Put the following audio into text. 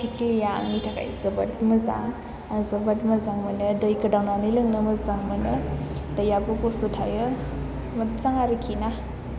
थेख्लिया आंनि थाखाय जोबोर मोजां जोबोर मोजां मोनो दै गोदावनानै लोंनो मोजां मोनो दैयाबो गुसु थायो मोजां आरोखि ना